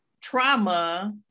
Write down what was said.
trauma